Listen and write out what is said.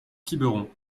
quiberon